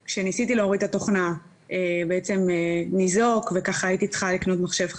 ניזוק כשניסיתי להוריד את התוכנה והייתי צריכה לקנות מחשב חדש.